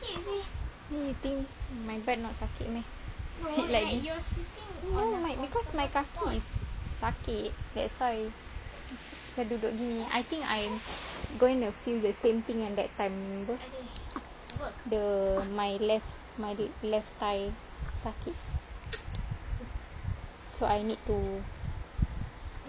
then you think my back not sakit meh sit like this no because my kaki is sakit that's why macam duduk gini I think I'm gonna feel the same thing like that time apa the my left my left thigh sakit so I need to